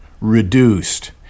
reduced